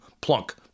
Plunk